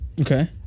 Okay